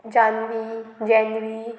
Janvi JNV